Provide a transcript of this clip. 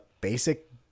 basic